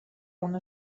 una